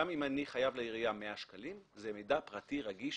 גם אם אני חייב לעירייה 100 שקלים זה מידע פרטי רגיש